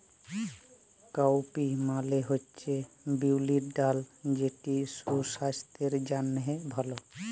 cowpea মালে হছে বিউলির ডাল যেট সুসাস্থের জ্যনহে ভাল